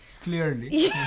clearly